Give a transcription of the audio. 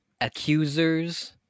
accusers